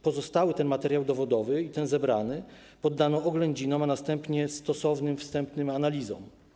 Pozostały materiał dowodowy i ten zebrany poddano oględzinom, a następnie stosownym wstępnym analizom.